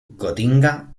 gotinga